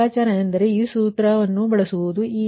P2 ಲೆಕ್ಕಾಚಾರ ಎಂದರೆ ಈ ಸೂತ್ರ ಈ ಸೂತ್ರವನ್ನು ಬಳಸುವುದು